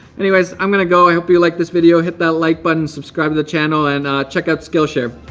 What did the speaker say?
anyways, i'm gonna go. i hope you liked this video. hit that like button, subscribe to the channel, and check out skillshare.